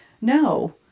No